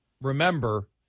Remember